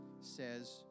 says